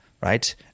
right